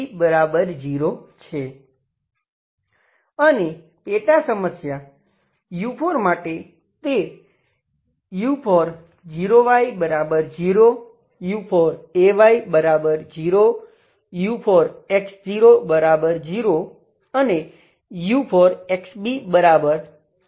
અને પેટા સમસ્યા u4 માટે તે u40y0 u4ay0 u4x00 અને u4xbf2 છે